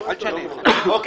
תודה.